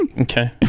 Okay